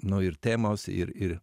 nu ir temos ir ir